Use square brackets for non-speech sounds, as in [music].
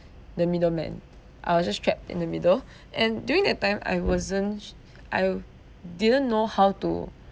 [breath] the middleman I was just trapped in the middle [breath] and during that time I wasn't su~ I didn't know how to